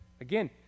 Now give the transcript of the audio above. Again